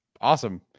Awesome